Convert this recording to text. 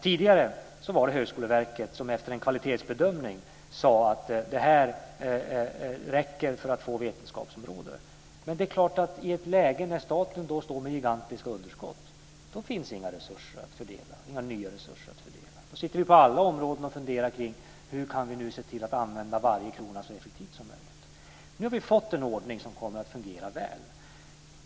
Tidigare var det Högskoleverket som efter en kvalitetsbedömning sade att det räckte för att få ett vetenskapsområde. Men det är klart att i ett läge då staten står med gigantiska underskott finns det inte några nya resurser att fördela. Då sitter vi på alla områden och funderar kring hur vi kan se till att använda varje krona så effektivt som möjligt. Nu har vi fått en ordning som kommer att fungera väl.